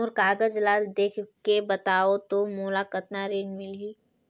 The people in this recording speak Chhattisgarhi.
मोर कागज ला देखके बताव तो मोला कतना ऋण मिलही?